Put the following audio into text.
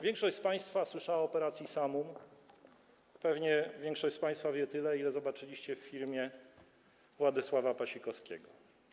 Większość z państwa słyszała o operacji „Samum”, pewnie większość z państwa wie tyle, ile zobaczyliście w filmie Władysława Pasikowskiego.